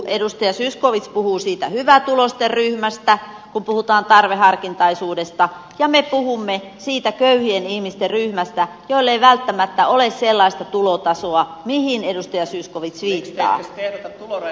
edustaja zyskowicz puhuu siitä hyvätuloisten ryhmästä kun puhutaan tarveharkintaisuudesta ja me puhumme siitä köyhien ihmisten ryhmästä joilla ei välttämättä ole sellaista tulotasoa mihin edustaja zyskowicz viittaa